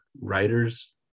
writers